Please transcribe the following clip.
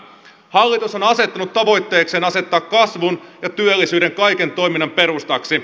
hallitus on asettanut tavoitteekseen asettaa kasvun ja työllisyyden kaiken toiminnan perustaksi